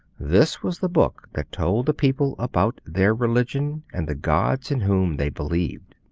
this was the book that told the people about their religion, and the gods in whom they believed.